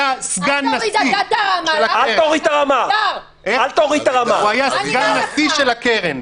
אל תוריד אתה את הרמה ---- הוא היה סגן נשיא של הקרן.